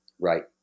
right